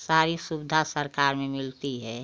सारी सुविधा सरकार में मिलती है